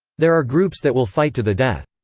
there are groups that will fight to the death.